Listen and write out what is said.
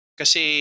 kasi